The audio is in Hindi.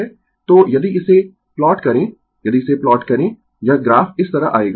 तो यदि इसे प्लॉट करें यदि इसे प्लॉट करें यह ग्राफ इस तरह आएगा